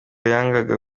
yangaga